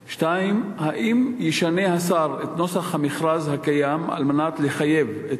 2. האם ישנה השר את נוסח המכרז הקיים על מנת לחייב את